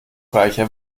reicher